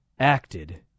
acted